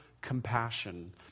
compassion